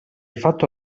fatto